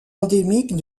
endémique